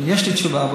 יש לי תשובה,